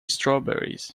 strawberries